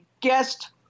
guest